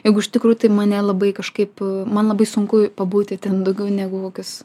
jeigu iš tikrųjų tai mane labai kažkaip man labai sunku pabūti ten daugiau negu kokius